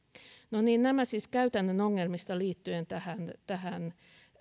niin nämä siis käytännön ongelmista liittyen tähän tähän